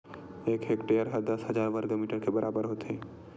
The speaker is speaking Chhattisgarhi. एक हेक्टेअर हा दस हजार वर्ग मीटर के बराबर होथे